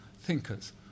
thinkers